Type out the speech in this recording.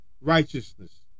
righteousness